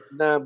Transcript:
na